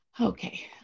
Okay